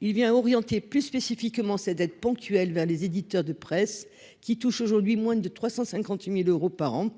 il vient orienter plus spécifiquement cette d'aide ponctuelle vers les éditeurs de presse qui touchent aujourd'hui moins de 350000 euros par an,